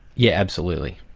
yeah absolutely.